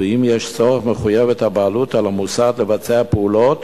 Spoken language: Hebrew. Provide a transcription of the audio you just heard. אם יש צורך, מחויבת הבעלות על המוסד לבצע פעולות